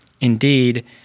Indeed